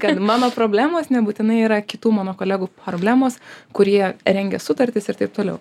kad mano problemos nebūtinai yra kitų mano kolegų problemos kurie rengia sutartis ir taip toliau